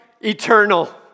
eternal